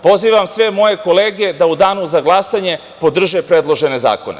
Pozivam sve moje kolege da u danu za glasanje podrže predložene zakone.